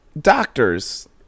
doctors